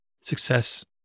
success